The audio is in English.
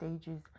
stages